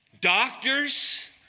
doctors